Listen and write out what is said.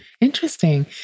Interesting